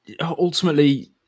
ultimately